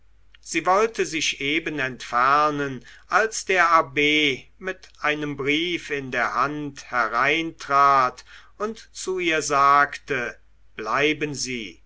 sie wollte sich eben entfernen als der abb mit einem brief in der hand hereintrat und zu ihr sagte bleiben sie